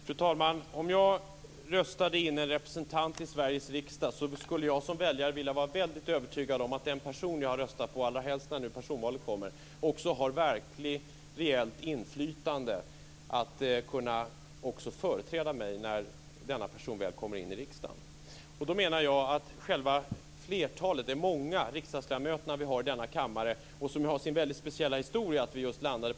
Fru talman! Om jag röstade in en representant i Sveriges riksdag skulle jag som väljare vilja vara riktigt övertygad om att den person jag röstat på - speciellt nu när personvalet kommer - också har verkligt reellt inflytande och kan företräda mig när han eller hon väl kommer in i riksdagen. Jag menar att de många riksdagsledamöter vi har i denna kammare inte är liktydigt med att man kan få det inflytandet.